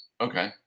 Okay